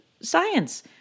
science